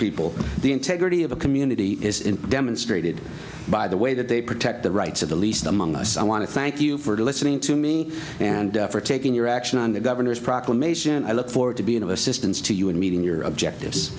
people the integrity of a community is in demonstrated by the way that they protect the rights of the least among us i want to thank you for listening to me and for taking your action on the governor's proclamation i look forward to being of assistance to you and meeting your objective